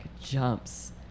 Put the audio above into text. jumps